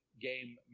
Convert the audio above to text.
Game